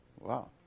Wow